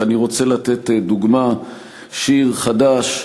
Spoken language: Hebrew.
ואני רוצה לתת דוגמה: שיר חדש,